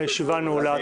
הישיבה נעולה.